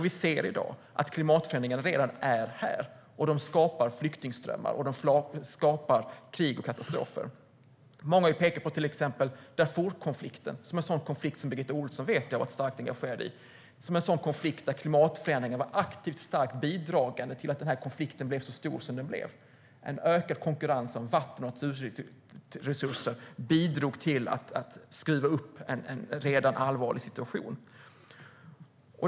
Vi ser i dag att klimatförändringarna redan är här och att de skapar flyktingströmmar, krig och katastrofer. Många har till exempel pekat på Darfurkonflikten, som är en konflikt som jag vet att Birgitta Ohlsson var starkt engagerad i, som en sådan konflikt där klimatförändringarna var starkt bidragande till att konflikten blev så stor som den blev. En ökad konkurrens om vatten och naturresurser bidrog till att skruva upp en redan allvarlig situation.